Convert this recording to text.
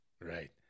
Right